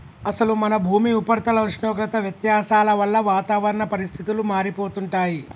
అసలు మన భూమి ఉపరితల ఉష్ణోగ్రత వ్యత్యాసాల వల్ల వాతావరణ పరిస్థితులు మారిపోతుంటాయి